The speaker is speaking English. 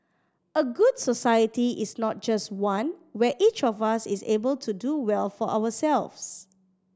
a good society is not just one where each of us is able to do well for ourselves